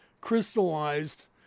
crystallized